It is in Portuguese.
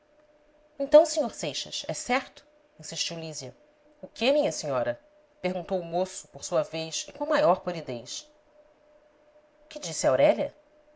reparou então sr seixas é certo insistiu lísia o quê minha senhora perguntou o moço por sua vez e com a maior polidez o que disse aurélia